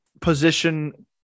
position